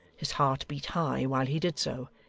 his heart beat high while he did so,